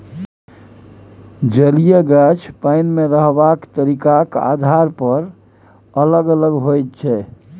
जलीय गाछ पानि मे रहबाक तरीकाक आधार पर अलग अलग होइ छै